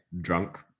drunk